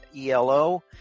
ELO